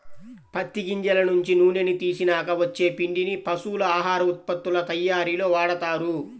పత్తి గింజల నుంచి నూనెని తీసినాక వచ్చే పిండిని పశువుల ఆహార ఉత్పత్తుల తయ్యారీలో వాడతారు